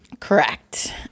Correct